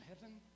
heaven